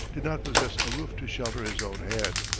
did not possess a roof to shelter his own head!